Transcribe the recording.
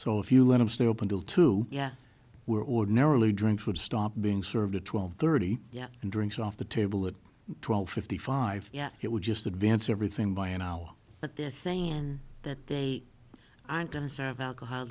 so if you let them stay up until two yeah we're ordinarily drinks would stop being served at twelve thirty yeah and drinks off the table that twelve fifty five yeah it would just advance everything by an hour but this saying that they aren't going to serve alcohol